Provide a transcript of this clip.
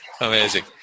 amazing